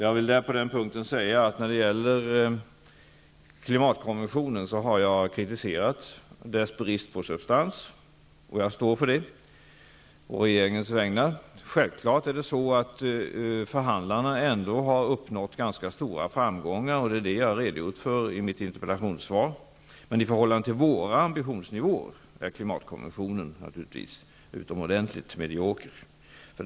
På den punkten vill jag säga att jag har kritiserat klimatkonventionen för dess brist på substans, och jag står för det å regeringens vägnar. Självfallet har förhandlarna uppnått ganska stora framgångar, och det har jag redogjort för i mitt interpellationssvar. I förhållande till vår ambitionsnivå är klimatkonventionen utomordentligt medioker.